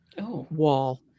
wall